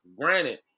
granted